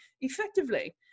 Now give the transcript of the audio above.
effectively